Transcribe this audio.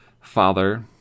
father